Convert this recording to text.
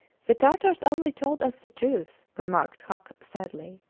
the tartars only told us the truth, remarked huc sadly.